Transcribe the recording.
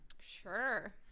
sure